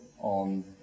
on